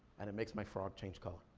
and it makes my frog change color.